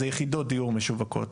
זה יחידות דיור משווקות.